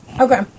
Okay